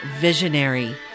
visionary